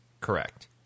Correct